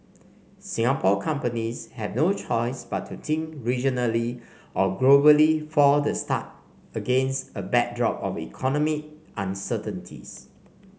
Singapore companies have no choice but to think regionally or globally for the start against a backdrop of economic uncertainties